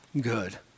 good